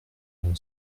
mon